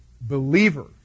believer